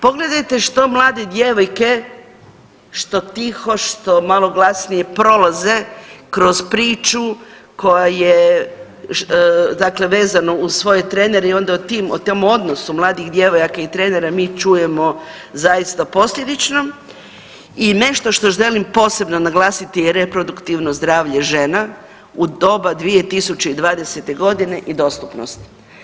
Pogledajte što mlade djevojke, što tiho, što malo glasnije, prolaze kroz priču koja je, dakle vezano uz svoje trenere i onda o tim, o tom odnosu mladih djevojaka i trenera mi čujemo zaista posljedično i nešto što želim posebno naglasiti je reproduktivno zdravlje žena u doba 2020.g. i dostupnost.